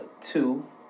two